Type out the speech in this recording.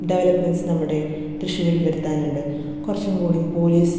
developments നമ്മുടെ തൃശ്ശൂരിൽ വരുത്താനുണ്ട് കുറച്ചും കൂടിയും പോലീസ്